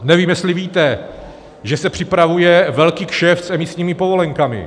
Nevím, jestli víte, že se připravuje velký kšeft s emisními povolenkami.